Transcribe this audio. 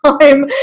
time